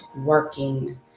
working